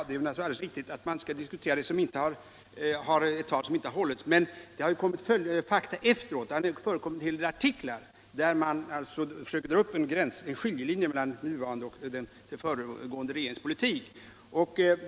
Herr talman! Det är naturligtvis alldeles riktigt att man inte skall diskutera tal som inte har hållits. Men det har ju kommit fakta efteråt. Det har förekommit en hel del artiklar där man försöker dra upp en skiljelinje mellan den nuvarande och den föregående regeringens politik.